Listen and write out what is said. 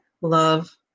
love